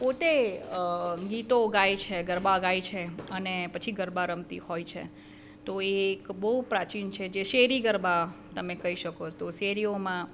પોતે ગીતો ગાય છે ગરબા ગાય છે અને પછી ગરબા રમતી હોય છે તો એ એક બહુ પ્રાચીન છે જે શેરીગરબા તમે કહી શકો તો શેરીઓમાં